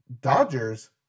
Dodgers